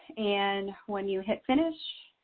and when you hit finish,